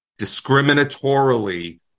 discriminatorily